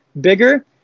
bigger